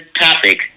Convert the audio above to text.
topic